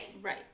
Right